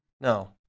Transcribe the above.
No